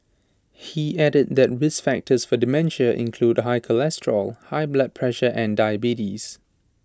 he added that risk factors for dementia include high cholesterol high blood pressure and diabetes